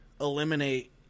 eliminate